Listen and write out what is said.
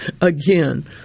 again